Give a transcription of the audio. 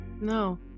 no